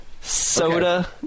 Soda